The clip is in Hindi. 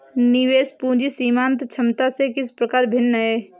निवेश पूंजी सीमांत क्षमता से किस प्रकार भिन्न है?